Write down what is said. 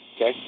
okay